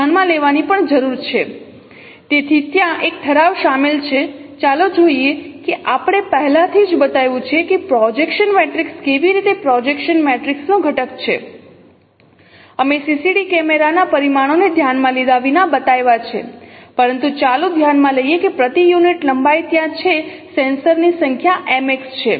તેથી ત્યાં એક ઠરાવ શામેલ છે ચાલો જોઈએ કે આપણે પહેલાથી જ બતાવ્યું છે કે પ્રોજેક્શન મેટ્રિક્સ કેવી રીતે પ્રોજેક્શન મેટ્રિક્સ નો ઘટક છે અમે CCD કેમેરાના પરિમાણોને ધ્યાનમાં લીધા વિના બતાવ્યા છે પરંતુ ચાલો ધ્યાનમાં લઈએ કે પ્રતિ યુનિટ લંબાઈ ત્યાં છે સેન્સરની સંખ્યા mx છે